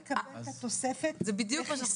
הוא יקבל את התוספת לכיסו?